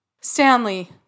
stanley